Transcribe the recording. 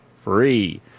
free